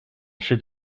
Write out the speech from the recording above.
should